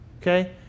okay